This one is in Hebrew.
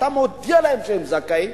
אתה מודיע להם שהם זכאים.